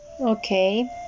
Okay